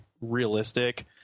realistic